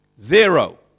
Zero